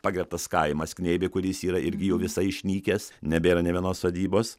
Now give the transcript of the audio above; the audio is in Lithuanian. pagerbtas kaimas knėbiai kuris yra irgi jau visai išnykęs nebėra nė vienos sodybos